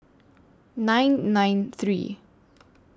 nine nine three